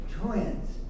twins